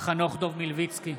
חנוך דב מלביצקי,